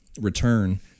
return